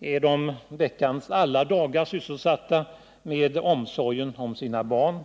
är de veckans alla dagar sysselsatta med omsorgen om sina barn.